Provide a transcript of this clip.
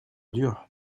dur